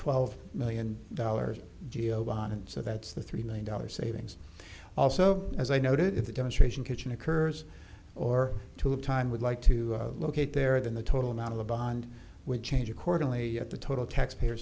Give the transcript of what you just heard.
twelve million dollars giovanni so that's the three million dollars savings also as i noted in the demonstration kitchen occurs or to time would like to locate there than the total amount of the bond would change accordingly at the total taxpayer